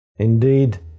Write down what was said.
indeed